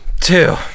two